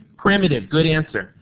primitive. good answer.